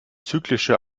zyklische